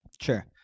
Sure